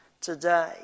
today